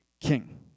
king